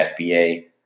FBA